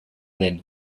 den